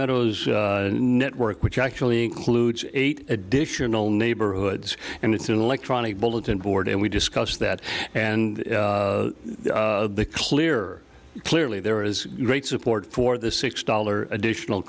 a network which actually includes eight additional neighborhoods and it's an electronic bulletin board and we discussed that and the clear clearly there is great support for the six dollars additional